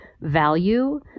value